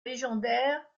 légendaire